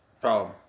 problem